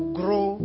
grow